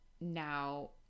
now